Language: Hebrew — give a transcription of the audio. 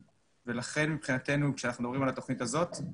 לכן כאשר אנחנו מדברים על התוכנית הזאת,